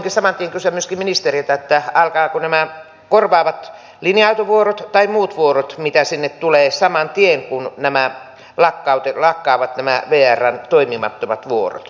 voinkin saman tien kysyä myöskin ministeriltä alkavatko nämä korvaavat linja autovuorot tai muut vuorot mitä sinne tulee saman tien kun lakkaavat nämä vrn toimimattomat vuorot